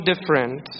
different